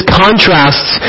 contrasts